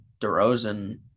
DeRozan